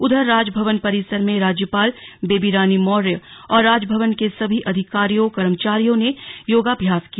उधर राजभवन परिसर में राज्यपाल बेबी रानी मौर्य और राजभवन के सभी अधिकारियों कर्मचारियों ने योगाभ्यास किया